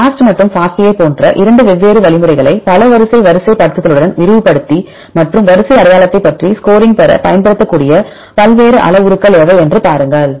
BLAST மற்றும் FASTA போன்ற 2 வெவ்வேறு வழிமுறைகளை பல வரிசை வரிசைப்படுத்தலுடன் விரிவுபடுத்தி மற்றும் வரிசை அடையாளத்தைப் பற்றி ஸ்கோரிங் பெற பயன்படுத்தக்கூடிய பல்வேறு அளவுருக்கள் எவை என்று பாருங்கள்